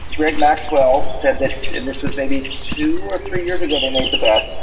greg maxwell said that, and this was maybe two or three years ago they made the bet,